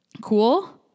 Cool